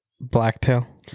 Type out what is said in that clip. blacktail